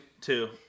two